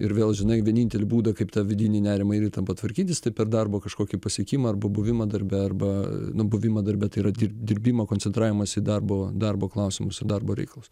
ir vėl žinai vienintelį būdą kaip tą vidinį nerimą ir įtampą tvarkytis tai per darbo kažkokį pasiekimą arba buvimą darbe arba nu buvimą darbe tai yra dirbimą koncentravimąsi į darbo darbo klausimus ir darbo reikalus